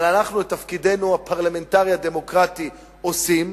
אבל אנחנו את תפקידנו הפרלמנטרי הדמוקרטי עושים,